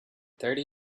thirty